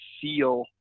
feel